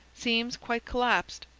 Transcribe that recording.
seems quite collapsed.